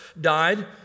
died